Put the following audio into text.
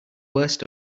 worst